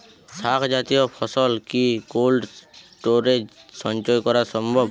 শাক জাতীয় ফসল কি কোল্ড স্টোরেজে সঞ্চয় করা সম্ভব?